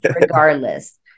regardless